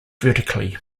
vertically